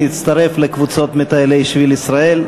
להצטרף לקבוצות מטיילי שביל ישראל,